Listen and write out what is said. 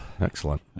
Excellent